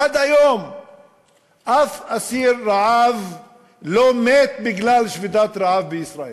עד היום אף אסיר שובת רעב בישראל לא מת בגלל שביתת רעב,